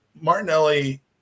Martinelli